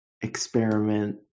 experiment